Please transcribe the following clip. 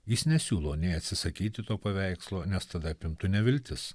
jis nesiūlo nei atsisakyti to paveikslo nes tada apimtų neviltis